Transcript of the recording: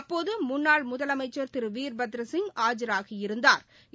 அப்போது முன்னாள் முதலமைச்சர் திரு வீர்பத்ரசிங் ஆஜரானாகியிருந்தாா்